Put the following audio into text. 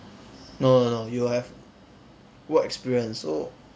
no no no you will have work experience so